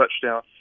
touchdown